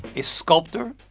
a sculptor,